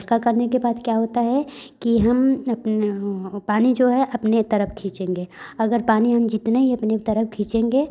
हल्का करने के बाद क्या होता है कि हम अपने पानी जो है अपने तरफ खींचेंगे अगर पानी हम जितने ही अपने तरफ खींचेंगे